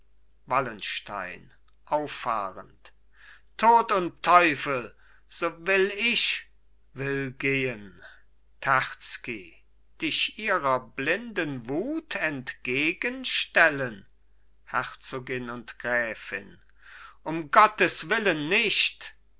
wallenstein auffahrend tod und teufel so will ich will gehen terzky dich ihrer blinden wut entgegenstellen herzogin und gräfin um gotteswillen nicht